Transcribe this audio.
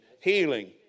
healing